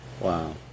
wow